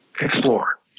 explore